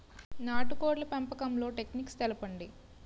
నాటుకోడ్ల పెంపకంలో టెక్నిక్స్ తెలుపండి?